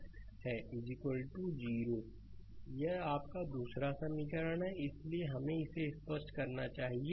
slide समय देखें 1007 यह आपका दूसरा समीकरण है इसलिए हमें इसे स्पष्ट करना चाहिए